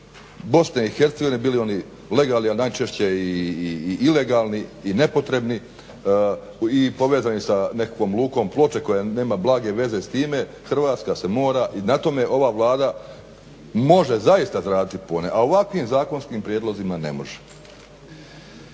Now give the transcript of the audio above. na zahtjeve BIH bili oni legalni a najčešće i ilegalni i nepotrebni i povezani sa nekakvom lukom Ploče koja nema blage veze s time. Hrvatska se mora, i na tome ova Vlada može zaista zaraditi puno, a ovakvim zakonskim prijedlozima ne može.